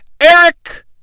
Eric